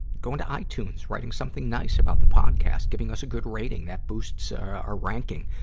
going to ah itunes, writing something nice about the podcast, giving us a good rating. that boosts our, ah, our ranking,